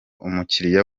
umukiliya